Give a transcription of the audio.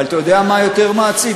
אבל אתה יודע מה יותר מעציב?